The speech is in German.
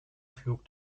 flug